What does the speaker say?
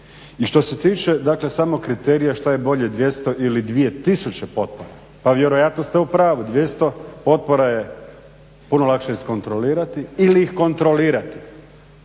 I što se tiče dakle samog kriterija šta je bolje, 200 ili 2000 potpora, pa vjerojatno ste u pravu, 200 potpora je puno lakše iskontrolirati ili ih kontrolirati